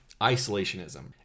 isolationism